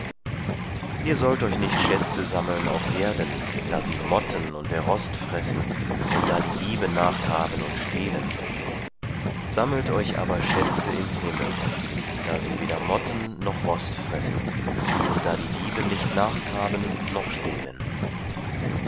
ihr sollt euch nicht schätze sammeln auf erden da sie die motten und der rost fressen und da die diebe nachgraben und stehlen sammelt euch aber schätze im himmel da sie weder motten noch rost fressen und da die diebe nicht nachgraben noch stehlen